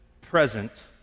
present